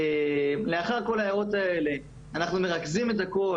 לאחר כל ההערות האלה אנחנו מרכזים את הכל